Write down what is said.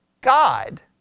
God